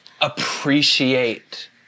appreciate